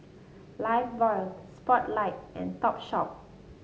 Lifebuoy Spotlight and Topshop